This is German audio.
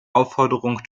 aufforderung